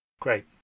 Great